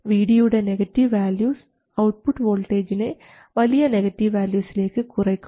Vd യുടെ negative values output വോൾട്ടേജിനെ വലിയ നെഗറ്റീവ് വാല്യൂസിലേക്ക് കുറയ്ക്കും